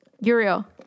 Uriel